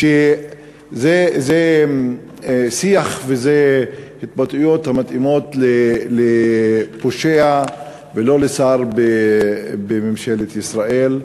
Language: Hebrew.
זה השיח ואלה התבטאויות המתאימות לפושע ולא לשר בממשלת ישראל,